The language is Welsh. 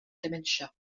dementia